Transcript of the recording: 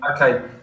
Okay